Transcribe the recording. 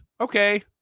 Okay